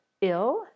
ill